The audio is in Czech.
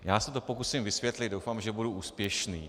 Já se to pokusím vysvětlit, doufám, že budu úspěšný.